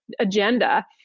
agenda